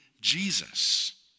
Jesus